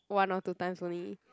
one or two times only